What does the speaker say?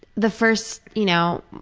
the first you know,